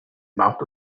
mouth